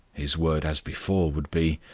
his word as before would be,